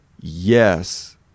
yes